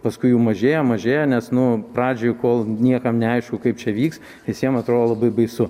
paskui jų mažėja mažėja nes nu pradžioj kol niekam neaišku kaip čia vyks visiem atrodo labai baisu